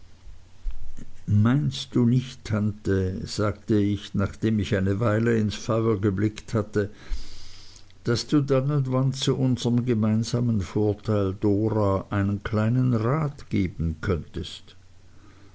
meinst du nicht tante sagte ich nachdem ich eine weile ins feuer geblickt hatte daß du dann und wann zu unserm gemeinsamen vorteil dora einen kleinen rat geben könntest